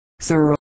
sir